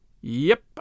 Yep